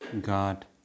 God